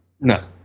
no